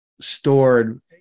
stored